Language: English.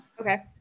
Okay